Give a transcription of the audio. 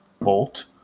bolt